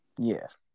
yes